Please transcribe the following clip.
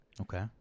Okay